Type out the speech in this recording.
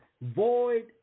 void